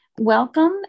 welcome